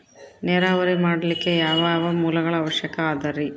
ನೇರಾವರಿ ಮಾಡಲಿಕ್ಕೆ ಯಾವ್ಯಾವ ಮೂಲಗಳ ಅವಶ್ಯಕ ಅದರಿ?